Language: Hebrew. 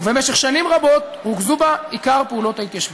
ובמשך שנים רבות רוכזו בה עיקר פעולות ההתיישבות.